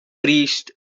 priest